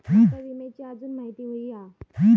माका विम्याची आजून माहिती व्हयी हा?